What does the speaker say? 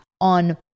on